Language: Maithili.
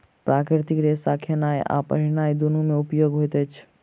प्राकृतिक रेशा खेनाय आ पहिरनाय दुनू मे उपयोग होइत अछि